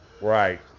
Right